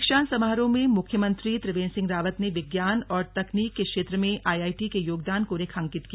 दीक्षांत समारोह में मुख्यमंत्री त्रिवेंद्र सिंह रावत ने विज्ञान और तकनीक के क्षेत्र में आईआईटी के योगदान को रेखांकित किया